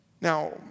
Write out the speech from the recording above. Now